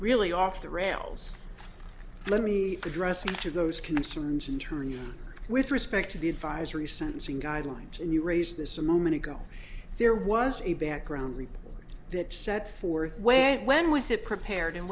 really off the rails let me address each of those concerns in turn with respect to the advisory sentencing guidelines and you raised this a moment ago there was a background report that set forth where when was it prepared and